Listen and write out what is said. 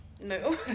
No